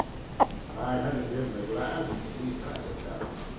i handed him the glass, and he drank it down.